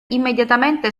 immediatamente